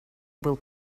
был